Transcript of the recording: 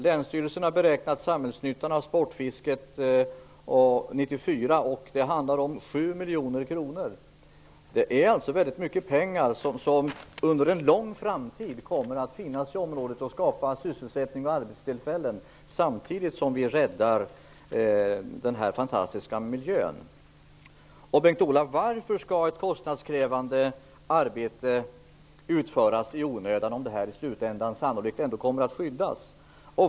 Länsstyrelsen har beräknat samhällsnyttan av sportfisket 1994, och det handlar om 7 miljoner kronor. Det är alltså väldigt mycket pengar som under en lång tid framöver skulle finnas i området och skapa sysselsättning och arbetstillfällen, samtidigt som vi skulle rädda den här fantastiska miljön. Varför, Bengt-Ola Ryttar, skall ett kostnadskrävande arbete utföras i onödan om området ändå med största sannolikhet i slutändan kommer att skyddas?